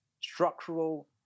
structural